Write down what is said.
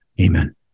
Amen